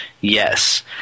Yes